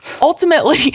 ultimately